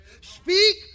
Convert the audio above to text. Speak